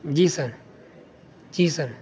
جی sir جی سر